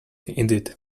indeed